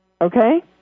Okay